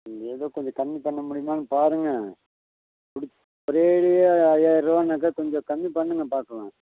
ம் ஏதோ கொஞ்சம் கம்மி பண்ண முடியுமான்னு பாருங்க புடிச் ஒரேடியாக ஐயாயிரருவான்னாக்க கொஞ்சம் கம்மி பண்ணுங்க பார்க்கலாம்